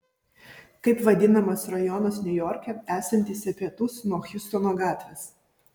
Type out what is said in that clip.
kaip vadinamas rajonas niujorke esantis į pietus nuo hjustono gatvės